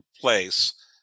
place